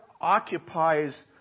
occupies